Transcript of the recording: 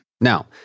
Now